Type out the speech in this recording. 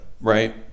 right